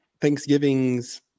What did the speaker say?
Thanksgiving's